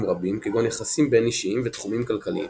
רבים כגון יחסים בין אישיים ותחומים כלכליים.